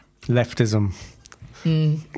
Leftism